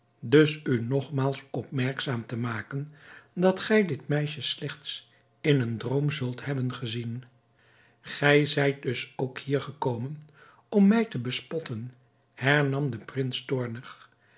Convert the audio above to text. dus u nogmaals opmerkzaam te maken dat gij dit meisje slechts in een droom zult hebben gezien gij zijt dus ook hier gekomen om mij te bespotten hernam de prins toornig